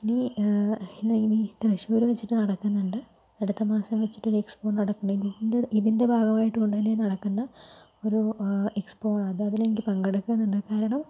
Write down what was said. ഇനി തൃശ്ശൂർ വെച്ചിട്ട് നടക്കുന്നുണ്ട് അടുത്ത മാസം വെച്ചിട്ടൊരു എക്സ്പോ നടക്കുന്നുണ്ട് ഇതിൻ്റെ ഇതിൻ്റെ ഭാഗമായിട്ട് ഉടനെ നടക്കേണ്ട ഒരു എക്സ്പോ ആണ് അത് അതിലെനിക്ക് പങ്കെടുക്കണമെന്നുണ്ട് കാരണം